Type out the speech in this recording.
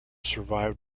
survived